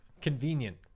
convenient